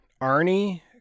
Arnie